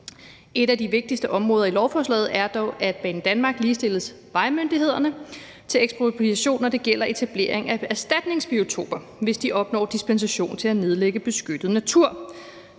Et af de vigtigste områder i lovforslaget er dog, at Banedanmark ligestilles med vejmyndighederne i forhold til ekspropriation, når det gælder etablering af erstatningsbiotoper, hvis de opnår dispensation til at nedlægge beskyttet natur.